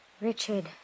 Richard